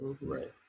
Right